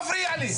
הוא מפריע לי.